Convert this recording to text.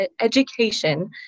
education